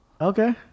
Okay